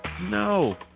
No